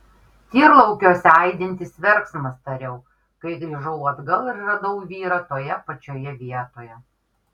tyrlaukiuose aidintis verksmas tariau kai grįžau atgal ir radau vyrą toje pačioje vietoje